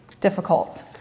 difficult